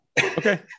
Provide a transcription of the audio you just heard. Okay